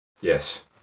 Yes